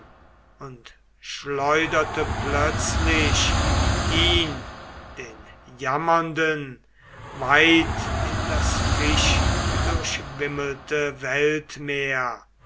und schleuderte plötzlich ihn den jammernden weit in das fischdurchwimmelte weltmeer